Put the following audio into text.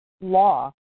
law